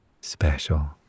special